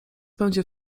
będzie